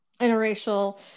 Interracial